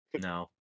No